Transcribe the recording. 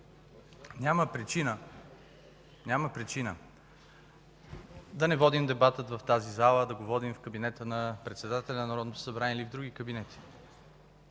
няма причина да не водим дебата в тази зала, а да го водим в кабинета на председателя на Народното събрание или в други кабинети.